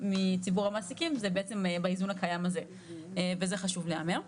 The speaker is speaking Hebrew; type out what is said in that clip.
מציבור המעסיקים זה בעצם באיזון הקיים הזה וזה חשוב שיאמר.